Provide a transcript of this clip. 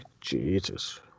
jesus